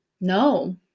No